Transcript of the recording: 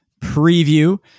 preview